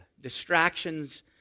Distractions